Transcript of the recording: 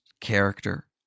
character